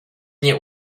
nie